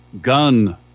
gun